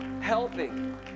helping